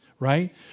right